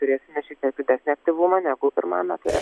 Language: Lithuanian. turėsime šiek tiek didesnį aktyvumą negu pirmajame ture